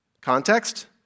context